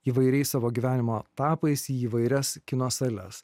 įvairiais savo gyvenimo etapais į įvairias kino sales